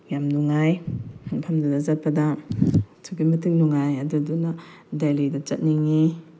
ꯌꯥꯝ ꯅꯨꯡꯉꯥꯏ ꯃꯐꯝꯗꯨꯗ ꯆꯠꯄꯗ ꯑꯁꯨꯛꯀꯤ ꯃꯇꯤꯛ ꯅꯨꯡꯉꯥꯏ ꯑꯗꯨꯗꯨꯅ ꯗꯦꯂꯤꯗ ꯆꯠꯅꯤꯡꯉꯤ